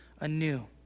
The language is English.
anew